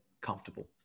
comfortable